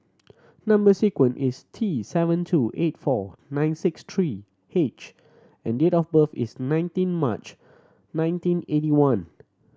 number sequence is T seven two eight four nine six three H and date of birth is nineteen March nineteen eighty one